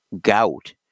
gout